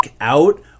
out